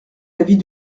l’avis